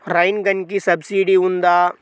Rain గన్కి subsidy ఉందా?